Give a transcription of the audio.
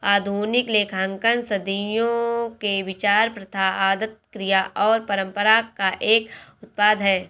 आधुनिक लेखांकन सदियों के विचार, प्रथा, आदत, क्रिया और परंपरा का एक उत्पाद है